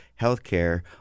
healthcare